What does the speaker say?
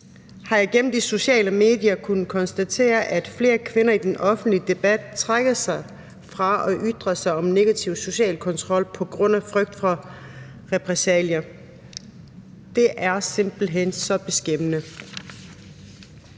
har jeg gennem de sociale medier kunnet konstatere, at flere kvinder i den offentlige debat trækker sig fra at ytre sig om negativ social kontrol på grund af frygt for repressalier. Det er simpelt hen så beskæmmende.